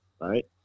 Right